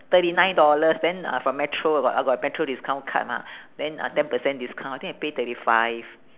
thirty nine dollars then uh from metro I got I got metro discount card mah then uh ten percent discount I think I paid thirty five